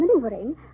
maneuvering